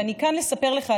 ואני כאן לספר לך,